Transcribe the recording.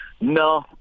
No